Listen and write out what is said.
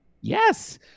Yes